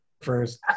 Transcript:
first